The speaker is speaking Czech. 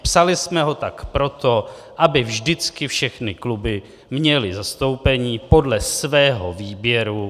Psali jsme ho tak proto, aby vždycky všechny kluby měly zastoupení podle svého výběru.